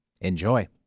Enjoy